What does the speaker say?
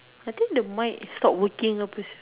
I think the mic is stop working a place